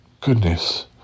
goodness